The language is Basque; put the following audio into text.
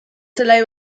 zelai